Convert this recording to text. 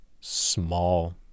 small